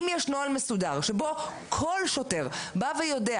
אם יש נוהל מסודר שבו כל שוטר יודע: